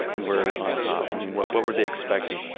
word on top? i mean, what what were they expecting?